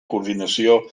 coordinació